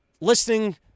listening